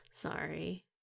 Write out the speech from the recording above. Sorry